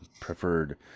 preferred